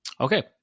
Okay